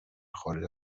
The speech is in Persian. خارج